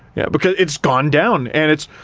yeah, because it's gone down and it's.